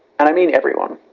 and i mean everyone.